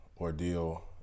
ordeal